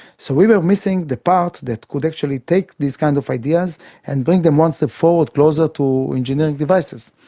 so we were missing the part that could actually take these kind of ideas and bring them one step forward closer to engineering devices.